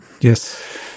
Yes